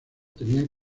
tenían